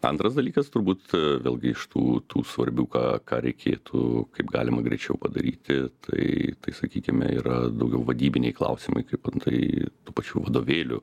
antras dalykas turbūt vėlgi iš tų tų svarbių ką ką reikėtų kaip galima greičiau padaryti tai tai sakykime yra daugiau vadybiniai klausimai kaip antai tų pačių vadovėlių